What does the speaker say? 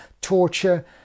torture